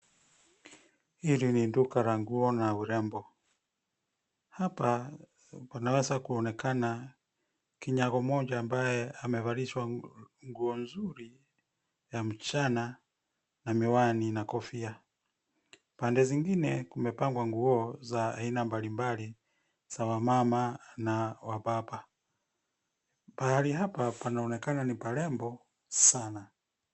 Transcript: Hili ni duka la nguo na urembo. Hapa panaweza kuonekana kinyago mmoja ambaye amevalishwa nguo nzuri ya msichana na miwani na kofia. Pande zingine kumepangwa nguo za aina mbali mbali za wamama na wababa. Pahali hapa panaonekana ni parembo sana.